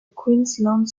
queensland